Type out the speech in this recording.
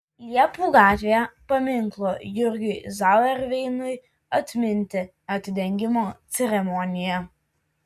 liepų gatvėje paminklo jurgiui zauerveinui atminti atidengimo ceremonija